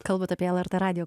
kalbat apie lrt radijo